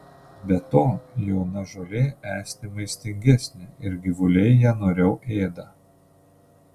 be to jauna žolė esti maistingesnė ir gyvuliai ją noriau ėda